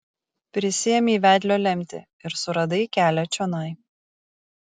prisiėmei vedlio lemtį ir suradai kelią čionai